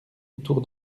autour